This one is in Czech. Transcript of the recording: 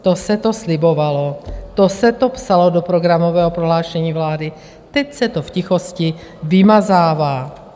To se to slibovalo, to se to psalo do programového prohlášení vlády, teď se to v tichosti vymazává.